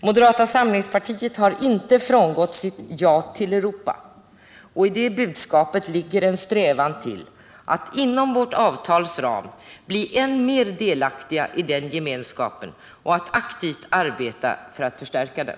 Moderata samlingspartiet har inte frångått sitt ”Ja till Europa” och i det budskapet ligger en strävan till att inom avtalets ram bli än mer delaktiga i den gemenskapen och att aktivt arbeta för att förstärka den.